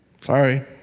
Sorry